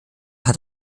hat